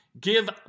Give